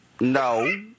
No